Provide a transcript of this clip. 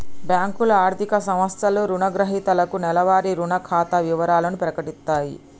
బ్యేంకులు, ఆర్థిక సంస్థలు రుణగ్రహీతలకు నెలవారీ రుణ ఖాతా వివరాలను ప్రకటిత్తయి